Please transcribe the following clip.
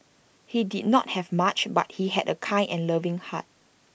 he did not have much but he had A kind and loving heart